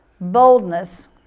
boldness